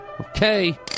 Okay